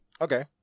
Okay